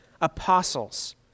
apostles